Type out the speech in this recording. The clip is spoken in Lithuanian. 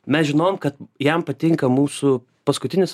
mes žinojom kad jam patinka mūsų paskutinis